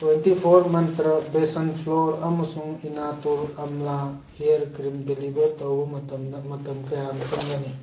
twenty four ꯃꯟꯇ꯭ꯔ basement floor ꯑꯃꯁꯨꯡ ꯏꯅꯥꯇꯣꯔ ꯑꯝꯂꯥ ꯍꯤꯌꯔ ꯀ꯭ꯔꯤꯝ ꯗꯦꯂꯤꯕꯔ ꯇꯧꯕ ꯃꯇꯝꯗ ꯃꯇꯝ ꯀꯌꯥꯝ ꯆꯪꯒꯅꯤ